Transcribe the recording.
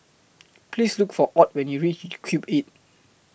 Please Look For Ott when YOU REACH Cube eight